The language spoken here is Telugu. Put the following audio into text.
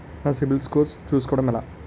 నా సిబిఐఎల్ స్కోర్ చుస్కోవడం ఎలా?